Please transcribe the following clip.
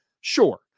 Sure